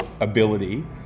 ability